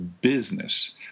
business